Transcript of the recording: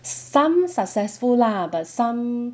some successful lah but some